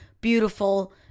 beautiful